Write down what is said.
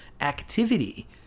activity